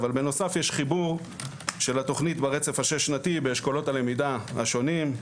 אבל בנוסף יש חיבור של התוכנית ברצף השש-שנתי באשכולות הלמידה השונים,